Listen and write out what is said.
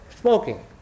smoking